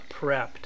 prepped